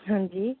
ਹਾਂਜੀ